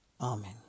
Amen